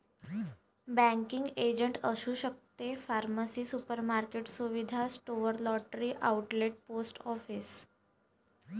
banking agent असू शकते pharmacy supermarket सुविधा store lottery outlet post office